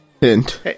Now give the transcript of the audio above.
hint